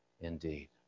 indeed